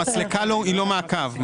המסלקה היא לא מעקב.